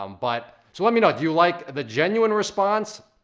um but so let me know. do you like the genuine response,